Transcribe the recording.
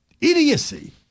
idiocy